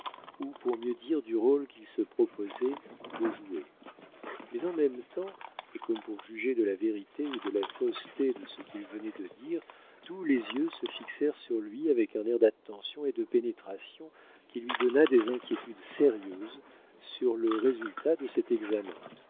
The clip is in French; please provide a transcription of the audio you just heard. ou pour mieux dire du rôle qu'il se proposait de jouer mais en même temps et comme pour juger de la vérité ou de la fausseté de ce qu'il venait de dire tous les yeux se fixèrent sur lui avec un air d'attention et de pénétration qui lui donna des inquiétudes sérieuses sur le résultat de cet examen